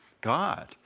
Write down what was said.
God